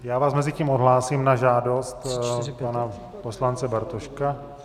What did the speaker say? Já vás mezitím odhlásím na žádost pana poslance Bartoška.